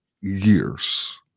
years